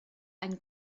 einen